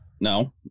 no